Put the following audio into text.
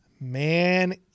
man